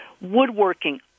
woodworking